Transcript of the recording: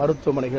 மருத்தவமனைகள்